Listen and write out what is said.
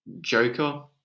Joker